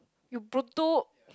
you